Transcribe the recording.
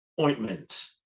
ointment